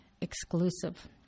exclusive